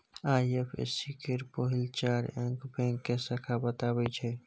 IFSC केर पहिल चारि अंक बैंक के शाखा बताबै छै